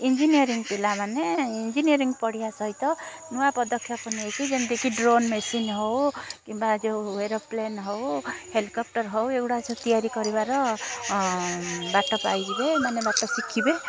engineering ପିଲାମାନେ engineering ପଢ଼ିବା ସହିତ ନୂଆ ପଦକ୍ଷେପ ନେଇକି ଯେମିତିକି ଡ୍ରୋନ୍ ମେସିନ୍ ହେଉ କିମ୍ବା ଯେଉଁ ଏରୋପ୍ଲେନ୍ ହେଉ ହେଲିକପ୍ଟର୍ ହେଉ ଏଗୁଡ଼ା ସବୁ ତିଆରି କରିବାର ବାଟ ପାଇଯିବେ ମାନେ ବାଟ ଶିଖିବେ